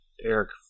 Eric